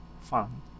fun